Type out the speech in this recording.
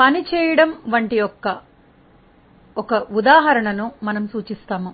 పని చేయడం వంటి యొక్క ఒక ఉదాహరణను మనము సూచిస్తాము